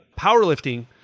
powerlifting